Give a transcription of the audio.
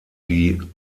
die